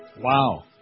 Wow